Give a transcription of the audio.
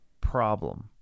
problem